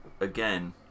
again